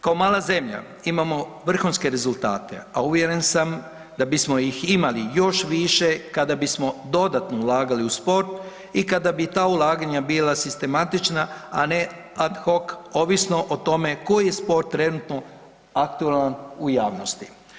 Kao mala zemlja imamo vrhunske rezultate, a uvjeren sam da bismo ih imali još više kada bismo dodatno ulagali u sport i kada bi ta ulaganja bila sistematična, a ne ad hoc ovisno o tome koji sport trenutno aktualan u javnosti.